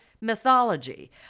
mythology